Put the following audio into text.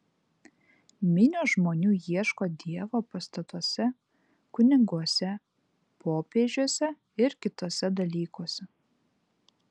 minios žmonių ieško dievo pastatuose kuniguose popiežiuose ir kituose dalykuose